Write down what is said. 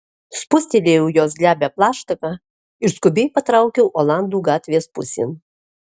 spustelėjau jos glebią plaštaką ir skubiai patraukiau olandų gatvės pusėn